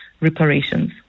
reparations